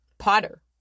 potter